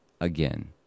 again